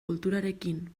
kulturarekin